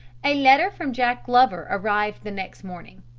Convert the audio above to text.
a letter from jack glover arrived the next morning.